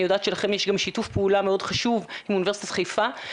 יודעת שלכם יש גם שיתוף פעולה מאוד חשוב מאוניברסיטת חיפה,